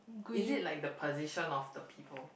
is it like the position of the people